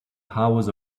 hours